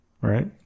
right